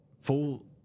full